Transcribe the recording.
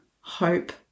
hope